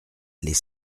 les